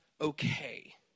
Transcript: okay